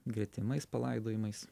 gretimais palaidojimais